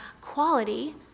quality